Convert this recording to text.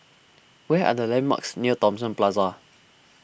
what are the landmarks near Thomson Plaza